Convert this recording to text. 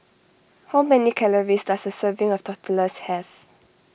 how many calories does a serving of Tortillas have